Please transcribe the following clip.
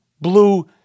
blue